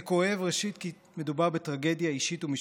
זה כואב ראשית כי מדובר בטרגדיה אישית ומשפחתית,